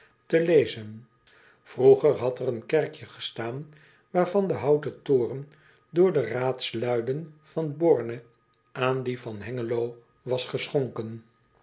te lezen roeger had er een kerkje gestaan waarvan de houten toren door de raadsluiden van orne aan die van engelo was geschonken